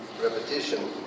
repetition